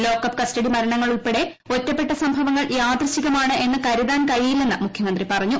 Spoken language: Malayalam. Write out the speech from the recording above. ലോക്കപ്പ് കസ്റ്റഡിമരണങ്ങൾ ഉൾപ്പെടെ ഒറ്റപ്പെട്ട സംഭവങ്ങൾ യാദൃശ്ചികമാണ് എന്ന് കരുതാൻ കഴിയില്ലെന്ന് മുഖ്യമന്ത്രി പറഞ്ഞു